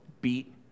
beat